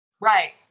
right